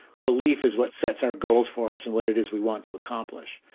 belief is what sets our goals for us and what it is we want to accomplish.